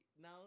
now